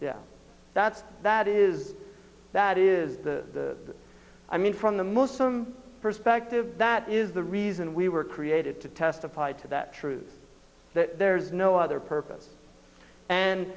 allah that's that is that is the i mean from the muslim perspective that is the reason we were created to testify to that truth that there's no other purpose and